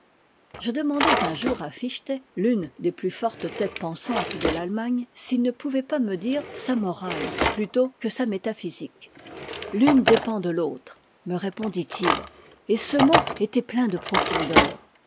je demandais un jour à fichte l'une des plus fortes têtes pensantes de l'allemagne s'il ne pouvait pas me dire sa morale plutôt que sa métaphysique l'une dépend de l'autre me répon dit-il et ce mot était plein de profondeur